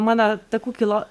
mano takų kilo